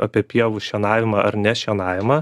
apie pievų šienavimą ar nešienavimą